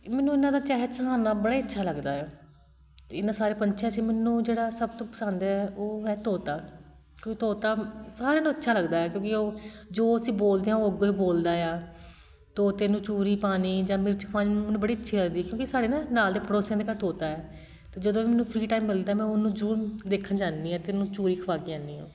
ਮੈਨੂੰ ਉਹਨਾਂ ਦਾ ਚਹਿਚਹਾਉਣਾ ਬੜਾ ਹੀ ਅੱਛਾ ਲੱਗਦਾ ਆ ਇਹਨਾਂ ਸਾਰੇ ਪੰਛੀਆਂ 'ਚ ਮੈਨੂੰ ਜਿਹੜਾ ਸਭ ਤੋਂ ਪਸੰਦ ਹੈ ਉਹ ਹੈ ਤੋਤਾ ਕਿਉਂ ਤੋਤਾ ਸਾਰਿਆਂ ਨੂੰ ਅੱਛਾ ਲੱਗਦਾ ਆ ਕਿਉਂਕਿ ਉਹ ਜੋ ਅਸੀਂ ਬੋਲਦੇ ਹਾਂ ਉਹ ਅੱਗਿਉਂ ਬੋਲਦਾ ਆ ਤੋਤੇ ਨੂੰ ਚੂਰੀ ਪਾਉਣੀ ਜਾਂ ਮਿਰਚ ਪਾਉਣੀ ਮੈਨੂੰ ਬੜੀ ਅੱਛੀ ਲੱਗਦੀ ਆ ਕਿਉਂਕਿ ਸਾਡੇ ਨਾ ਨਾਲ਼ ਦੇ ਪੜੋਸੀਆਂ ਦੇ ਘਰ ਤੋਤਾ ਆ ਅਤੇ ਜਦੋਂ ਵੀ ਮੈਨੂੰ ਫ੍ਰੀ ਟਾਈਮ ਮਿਲਦਾ ਮੈਂ ਉਹਨੂੰ ਜ਼ਰੂਰ ਦੇਖਣ ਜਾਂਦੀ ਹਾਂ ਅਤੇ ਉਹਨੂੰ ਚੂਰੀ ਖੁਆ ਕੇ ਆਉਂਦੀ ਹਾਂ